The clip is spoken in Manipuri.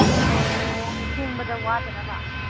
ꯑꯣ ꯐꯦꯡꯕꯗ ꯋꯥꯗꯅꯕ